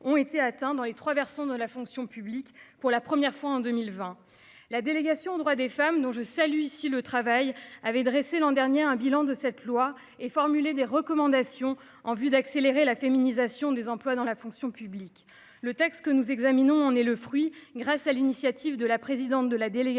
ont été atteints dans les trois versants de la fonction publique, pour la première fois en 2020, la délégation aux droits des femmes, dont je salue ici le travail avait dressé l'an dernier, un bilan de cette loi et formuler des recommandations en vue d'accélérer la féminisation des emplois dans la fonction publique. Le texte que nous examinons on est le fruit grâce à l'initiative de la présidente de la délégation